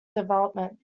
development